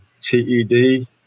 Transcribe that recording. T-E-D